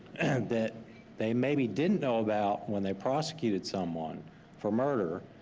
that they maybe didn't know about when they prosecuted someone for murder,